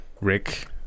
Rick